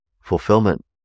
Fulfillment